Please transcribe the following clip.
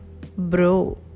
bro